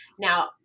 Now